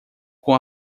com